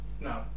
no